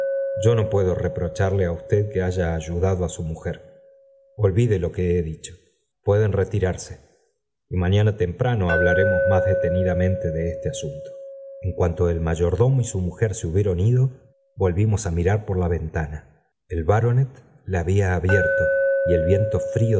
yo no puedo reprocharle á ubted que haya ayudado á su mujer olvide lo que he dicho pueden retirarse y mañana temprano hablaremos más detenidamente de este asunto en cuanto el mayordomo y su mujer se hubieron ido volvimos á mirar por la ventana el baronet la había abierto y el viento